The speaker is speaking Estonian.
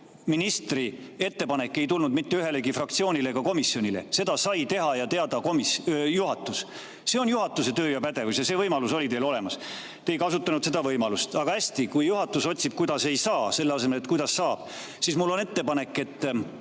sest ministri ettepanek ei tulnud mitte ühelegi fraktsioonile ega komisjonile, selle sai teada juhatus. See on juhatuse töö ja pädevus. Ja see võimalus oli teil olemas. Te ei kasutanud seda võimalust. Aga hästi, kui juhatus otsib, kuidas ei saa, selle asemel et otsida, kuidas saab, siis mul on ettepanek: kui